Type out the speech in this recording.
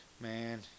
Man